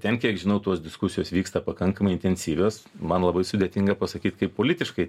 ten kiek žinau tos diskusijos vyksta pakankamai intensyvios man labai sudėtinga pasakyt kaip politiškai